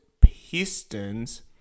Pistons